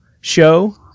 show